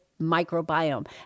microbiome